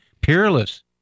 peerless